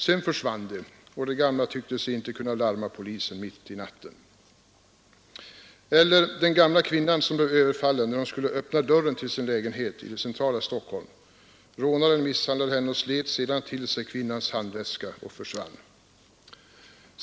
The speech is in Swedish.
Sedan försvann gärningsmännen, och de gamla tyckte sig inte kunna larma polisen mitt i natten. Eller den gamla kvinnan, som blev överfallen när hon skulle öppna dörren till sin lägenhet i det centrala Stockholm. Rånaren misshandlade henne och slet sedan till sig kvinnans handväska och försvann.